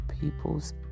people's